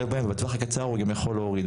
בהם ובטווח הקצר הוא גם יכול להוריד,